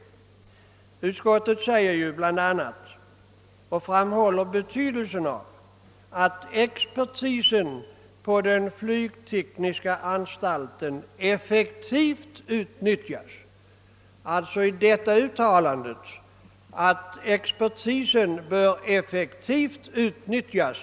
I utlåtandet framhåller vi bl.a. vikten av att den vid flygtekniska försöksanstalten befintliga expertisen blir effektivt utnyttjad.